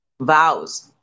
vows